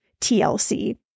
TLC